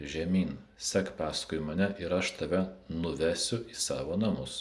žemyn sek paskui mane ir aš tave nuvesiu į savo namus